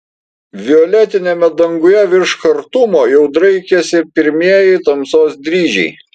violetiniame danguje virš chartumo jau draikėsi pirmieji tamsos dryžiai